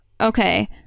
Okay